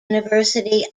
university